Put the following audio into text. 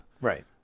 Right